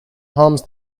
harms